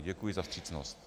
Děkuji za vstřícnost.